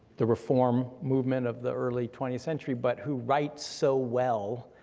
the reform movement of the early twentieth century, but who writes so well,